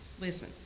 Listen